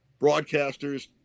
broadcasters